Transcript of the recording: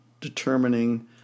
determining